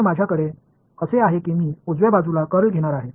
तर माझ्याकडे असे आहे की मी उजव्या बाजूला कर्ल घेणार आहे